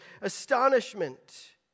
astonishment